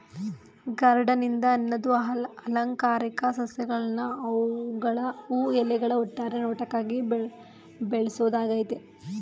gardening ಅನ್ನದು ಅಲಂಕಾರಿಕ ಸಸ್ಯಗಳ್ನ ಅವ್ಗಳ ಹೂ ಎಲೆಗಳ ಒಟ್ಟಾರೆ ನೋಟಕ್ಕಾಗಿ ಬೆಳ್ಸೋದಾಗಯ್ತೆ